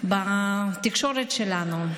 בתקשורת שלנו.